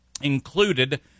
included